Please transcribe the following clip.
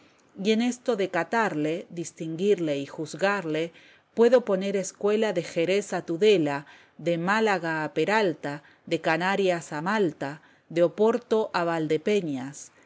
y en esto de catarle distinguirle y juzgarle puedo poner escuela de jerez a tudela de málaga a peralta de canarias a malta de oporto a valdepeñas